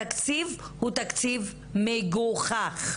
התקציב הוא תקציב מגוחך.